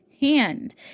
hand